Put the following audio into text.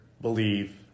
believe